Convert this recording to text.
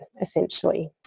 essentially